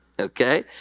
okay